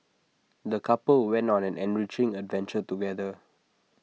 the couple went on an enriching adventure together